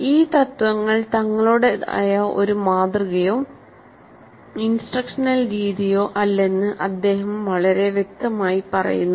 ഈ തത്ത്വങ്ങൾ തങ്ങളുടേതായ ഒരു മാതൃകയോ ഇൻസ്ട്രക്ഷണൽ രീതിയോ അല്ലെന്ന് അദ്ദേഹം വളരെ വ്യക്തമായി പറയുന്നു